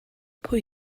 pwy